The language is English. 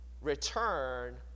return